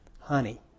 honey